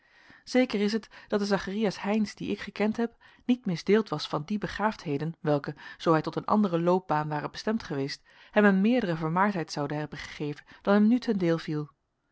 zeker is het dat de zacharias heynsz dien ik gekend heb niet misdeeld was van die begaafdheden welke zoo hij tot een andere loopbaan ware bestemd geweest hem een meerdere vermaardheid zouden hebben gegeven dan hem nu ten deel viel